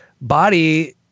body